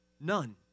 None